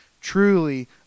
truly